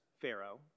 Pharaoh